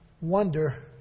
wonder